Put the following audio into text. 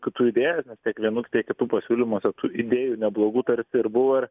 kitų idėjas nes tiek vienų tiek kitų pasiūlymuose tų idėjų neblogų tarsti ir buvo ir